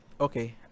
Okay